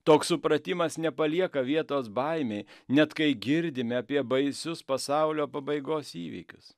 toks supratimas nepalieka vietos baimei net kai girdime apie baisius pasaulio pabaigos įvykius